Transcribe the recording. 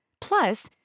Plus